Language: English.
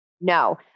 no